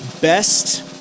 best